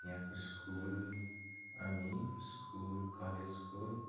यहाँको स्कुल अनि स्कुल कलेजको